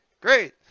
Great